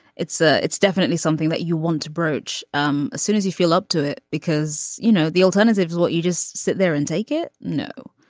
it's ah it's definitely something that you want to broach as um soon as you feel up to it because you know the alternatives. will you just sit there and take it? no.